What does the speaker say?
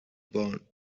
born